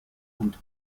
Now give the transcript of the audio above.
und